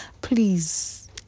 Please